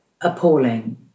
appalling